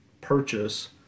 purchase